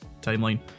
timeline